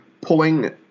pulling